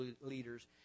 leaders